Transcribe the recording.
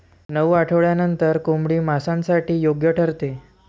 नऊ आठवड्यांनंतर कोंबडी मांसासाठी योग्य ठरते